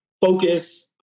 focus